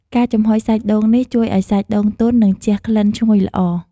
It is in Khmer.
ការចំហុយសាច់ដូងនេះ ជួយឱ្យសាច់ដូងទន់ និងជះក្លិនឈ្ងុយល្អ។